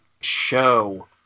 show